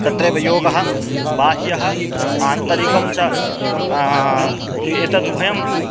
तत्रैव योगः बाह्यम् आन्तरिकं च एतद् उभयं